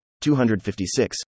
256